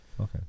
Okay